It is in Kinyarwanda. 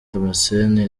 damascene